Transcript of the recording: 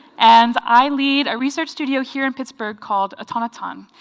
and i lead a research studio here in pittsburgh called atonaton,